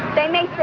they may say